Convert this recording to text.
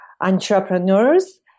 entrepreneurs